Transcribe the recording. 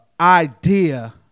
idea